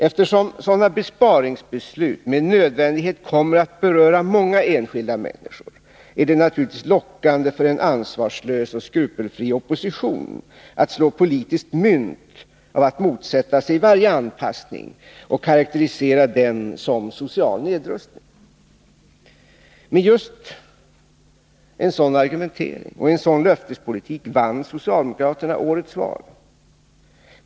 Eftersom sådana ”besparingsbeslut” med nödvändighet kommer att beröra många enskilda människor, är det naturligtvis lockande för en ansvarslös och skrupelfri opposition att slå politiskt mynt av att motsätta sig varje anpassning och karakterisera den som ”social nedrustning”. Med just en sådan argumentering och en sådan löftespolitik vann socialdemokraterna årets val.